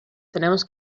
tenemos